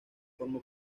formó